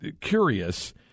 curious